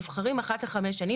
נבחרים אחת לחמש שנים.